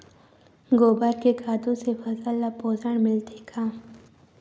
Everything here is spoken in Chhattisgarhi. गोबर के खातु से फसल ल पोषण मिलथे का?